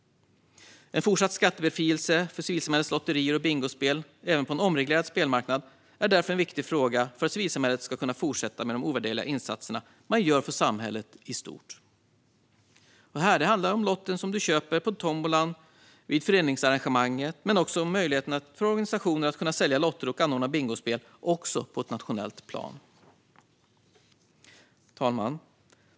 En fortsatt skattebefrielse av civilsamhällets lotterier och bingospel även på en omreglerad spelmarknad är därför en viktig fråga för att civilsamhället ska kunna fortsätta med de ovärderliga insatserna som man gör för samhället i stort. Det handlar om lotten som du köper från tombolan vid föreningsarrangemanget men också om möjligheten för organisationer att sälja lotter och anordna bingospel på ett nationellt plan. Fru talman!